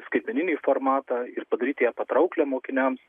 skaitmeninį formatą ir padaryti ją patrauklią mokiniams